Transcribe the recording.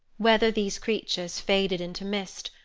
whether these creatures faded into mist,